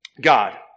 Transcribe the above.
God